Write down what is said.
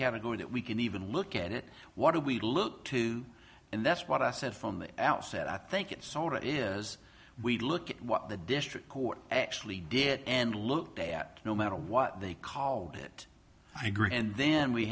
category that we can even look at it what do we look to and that's what i said from the outset i think it sort of it is we look at what the district court actually did and looked at no matter what they call it i agree and then we